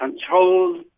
control